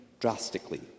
drastically